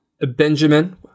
Benjamin